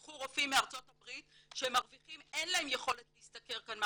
קחו רופאים מארצות הברית שאין להם יכולת להשתכר כאן את מה